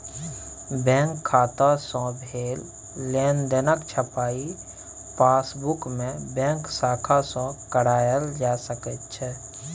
bank खाता सँ भेल लेनदेनक छपाई पासबुकमे बैंक शाखा सँ कराएल जा सकैत छै